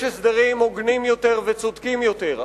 יש הסדרים הוגנים יותר וצודקים יותר.